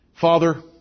Father